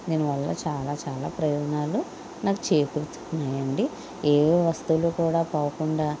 దీనివల్ల చాలా చాలా ప్రయోజనాలు నాకు చేకూరుతున్నాయండి ఏ వస్తువులు పోకుండా